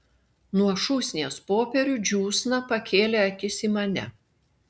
nuo šūsnies popierių džiūsna pakėlė akis į mane